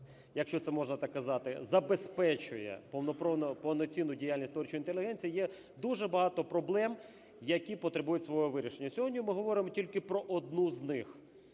якщо це можна так казати, забезпечує повноцінну діяльність творчої інтелігенції, є дуже багато проблем, які потребують свого вирішення. Сьогодні ми говоримо тільки про одну з них.